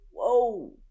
Whoa